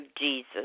Jesus